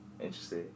interesting